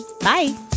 Bye